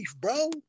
bro